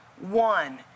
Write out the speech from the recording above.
One